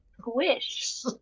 squish